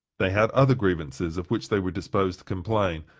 they had other grievances of which they were disposed to complain,